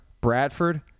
Bradford